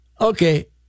Okay